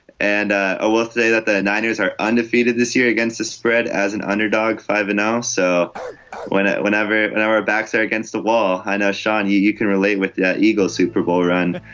and ah will say that the niners are undefeated this year against the spread as an underdog five and now so whenever whenever and our backs are against the wall i know sean you you can relate with the yeah eagles super bowl run